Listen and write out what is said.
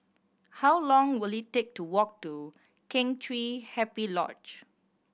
how long will it take to walk to Kheng Chiu Happy Lodge